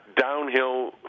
downhill